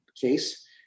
case